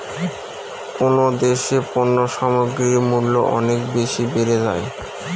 কোন দেশে পণ্য সামগ্রীর মূল্য অনেক বেশি বেড়ে যায়?